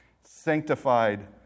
Sanctified